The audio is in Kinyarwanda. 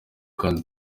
kandi